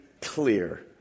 clear